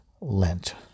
Lent